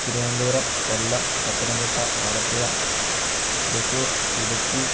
Thiruvananthapuram Kollam Pathanamthitta Alappuzha Thrissur Idukki